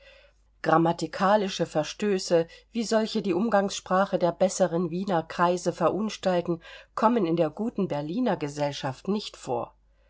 grammatikalische verstöße wie solche die umgangssprache der besseren wiener kreise verunstalten kommen in der guten berliner gesellschaft nicht vor